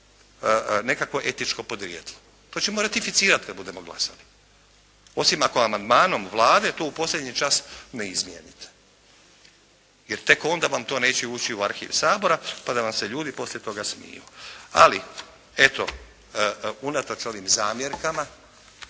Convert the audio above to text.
nekakvo etičko podrijetlo. To ćemo ratificirati kada budemo glasovali, osim ako amandmanom Vlade to u posljednji čas ne izmijenite, jer tek onda vam to neće ući u arhiv Sabora pa da vam se ljudi poslije toga smiju. Ali eto, unatoč ovim zamjerkama